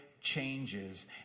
changes